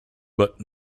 but